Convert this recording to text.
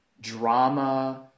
drama